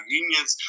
unions